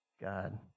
God